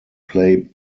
play